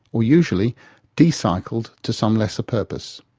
or usually decycled to some lesser purpose.